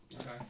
Okay